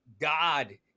God